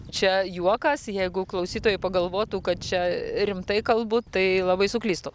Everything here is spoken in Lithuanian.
čia juokas jeigu klausytojai pagalvotų kad čia rimtai kalbu tai labai suklystų